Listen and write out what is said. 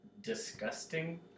disgusting